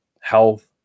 health